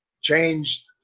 changed